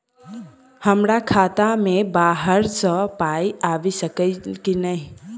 हमरा खाता मे बाहर सऽ पाई आबि सकइय की नहि?